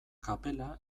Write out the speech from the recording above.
kapela